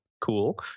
cool